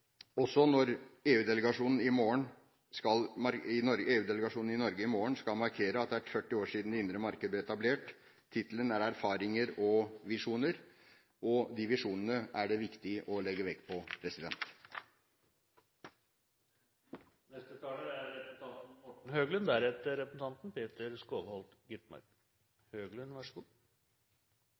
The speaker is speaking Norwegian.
også når EUs delegasjon til Norge i morgen skal markere at det er 20 år siden det indre marked ble etablert. Tittelen er «Experiences and visions» – erfaringer og visjoner – og de visjonene er det viktig å legge vekt på. Vi er tilfreds med at utenriksministeren kom med et sterkt forsvar for EØS-avtalen. Det er